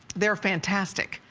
they are fantastic.